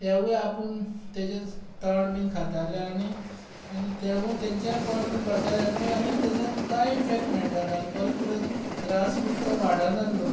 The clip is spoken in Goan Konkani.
तेवूय आपूण ताजें तण बीन खाताले आनी आनी तेंवूय ताजेंय पोट बीन भरतालें आनू आनी तेजो तुकाय इफॅक्ट मेळटालो आनी परत परत त्रास बीन तो वाडनासलो